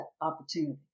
opportunity